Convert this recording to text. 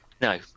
No